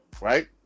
right